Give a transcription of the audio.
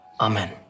Amen